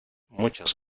muchas